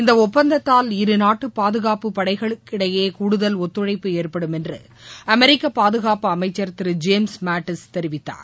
இந்த ஒப்பந்தத்தால் இரு நாட்டு பாதுகாப்பு படைகளுக்கிடையே கூடுதல் ஒத்துழைப்பு ஏற்படும் என்று அமெரிக்க பாதுகாப்பு அமைச்சர் திரு ஜேம்ஸ் மாடிஸ் தெரிவித்தார்